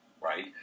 right